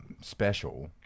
special